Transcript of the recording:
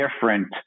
different